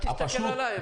רק תסתכל עליי.